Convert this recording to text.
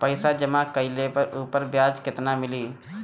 पइसा जमा कइले पर ऊपर ब्याज केतना मिली?